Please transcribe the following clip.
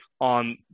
on